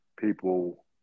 people